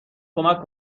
کمک